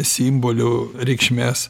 simbolių reikšmes